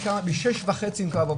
היא קמה בשש וחצי לעבודה.